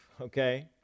okay